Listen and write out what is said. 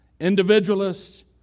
individualists